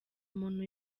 muntu